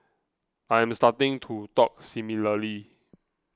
I am starting to talk similarly